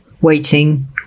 waiting